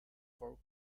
for